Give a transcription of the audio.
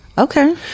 okay